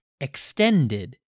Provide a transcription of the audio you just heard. Extended